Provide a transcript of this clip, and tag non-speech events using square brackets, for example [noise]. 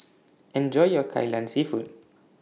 [noise] Enjoy your Kai Lan Seafood